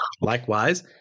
Likewise